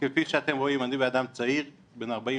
ובכן, כפי שאתם רואים, אני בן אדם צעיר, בן 41,